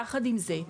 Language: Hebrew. יחד עם זה,